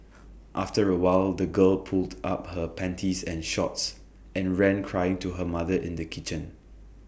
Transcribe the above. after A while the girl pulled up her panties and shorts and ran crying to her mother in the kitchen